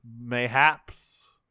mayhaps